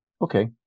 Okay